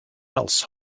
else